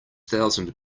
thousand